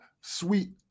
sweet